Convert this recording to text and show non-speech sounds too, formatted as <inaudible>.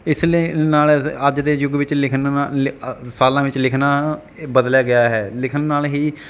ਇਸ ਲਈ ਨਾਲ ਅੱ ਅੱਜ ਦੇ ਯੁੱਗ ਵਿੱਚ ਲਿਖਣ <unintelligible> ਸਾਲਾਂ ਵਿੱਚ ਲਿਖਣਾ ਬਦਲਿਆ ਗਿਆ ਹੈ ਲਿਖਣ ਨਾਲ ਹੀ